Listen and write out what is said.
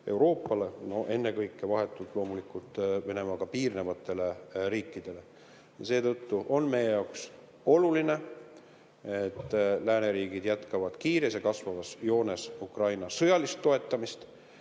Euroopale, ennekõike loomulikult Venemaaga vahetult piirnevatele riikidele. Seetõttu on meie jaoks oluline, et lääneriigid jätkavad kiires ja kasvavas joones Ukraina sõjalist toetamist